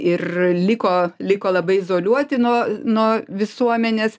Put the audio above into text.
ir liko liko labai izoliuoti nuo nuo visuomenės